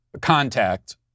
Contact